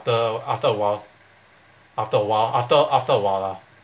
after after awhile after awhile after after awhile lah